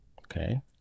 Okay